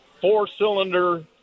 four-cylinder